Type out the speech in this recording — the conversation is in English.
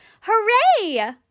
hooray